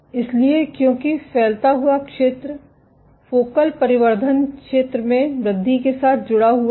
इसलिए क्योंकि फैलता हुआ क्षेत्र फोकल परिवर्धन क्षेत्र में वृद्धि के साथ जुड़ा हुआ है